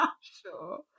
Sure